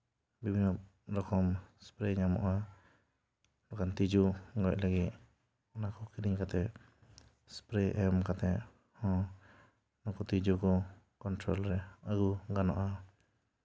ᱵᱤᱵᱷᱤᱱᱱᱚ ᱨᱚᱠᱚᱢ ᱥᱯᱨᱮᱹ ᱧᱟᱢᱚᱜᱼᱟ ᱵᱟᱠᱷᱟᱱ ᱛᱤᱡᱩ ᱜᱚᱡ ᱞᱟᱹᱜᱤᱫ ᱚᱱᱟ ᱠᱚ ᱠᱤᱨᱤᱧ ᱠᱟᱛᱮᱜ ᱥᱯᱨᱮᱹ ᱮᱢ ᱠᱟᱛᱮᱜ ᱦᱚᱸ ᱩᱱᱠᱩ ᱛᱤᱡᱩ ᱠᱚ ᱠᱚᱱᱴᱨᱳᱞ ᱨᱮ ᱟᱹᱜᱩ ᱜᱟᱱᱚᱜᱼᱟ